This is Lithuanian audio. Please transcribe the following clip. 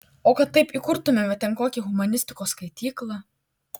o kad taip įkurtumėme ten kokią humanistikos skaityklą